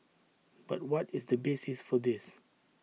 but what is the basis for this